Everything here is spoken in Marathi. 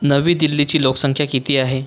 नवी दिल्लीची लोकसंख्या किती आहे